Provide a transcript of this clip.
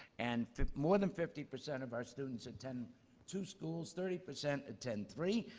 and more than fifty percent of our students attend two schools, thirty percent attend three,